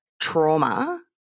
trauma